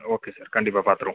okay sir கண்டிப்பாக பாத்துருவோம்